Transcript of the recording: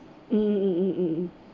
mmhmm